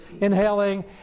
inhaling